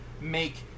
make